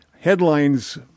headlines